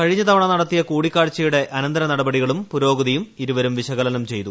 കഴിഞ്ഞ തവണ നടത്തിയ കൂടിക്കാഴ്ചയുടെ അനന്തര നടപടികളും പുരോഗതിയും വിശകലനം ചെയ്തു